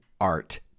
art